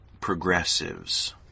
progressives